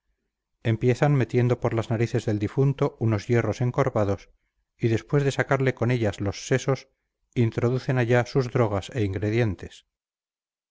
empiezan metiendo por las narices del difunto unos hierros encorvados y después de sacarle con ellos los sesos introducen allá sus drogas e ingredientes